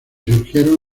surgieron